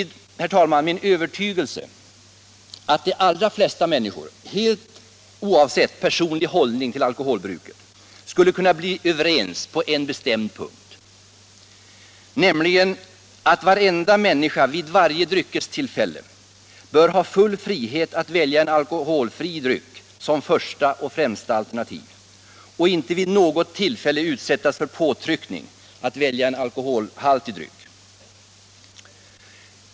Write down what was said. Det är emellertid min övertygelse att de allra flesta människor — oavsett personlig hållning till alkoholbruket — skulle kunna bli överens på en bestämd punkt, nämligen att varje människa vid varje dryckestillfälle bör ha full frihet att välja en alkoholfri dryck som första och främsta alternativ och inte vid något tillfälle utsättas för påtryckning att välja en alkoholhaltig dryck.